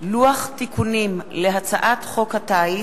לוח תיקונים להצעת חוק הטיס,